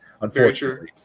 unfortunately